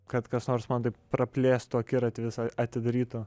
kad kas nors man taip praplėstų akiratį visą atidarytų